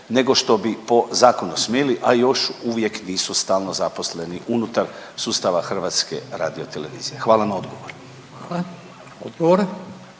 nego što bi po zakonu smjeli, a još uvijek nisu stalno zaposleni unutar sustava HRT-a, hvala na odgovoru.